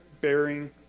bearing